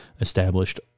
established